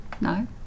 No